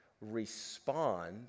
respond